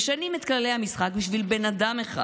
משנים את כללי המשחק בשביל בן אדם אחד.